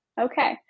okay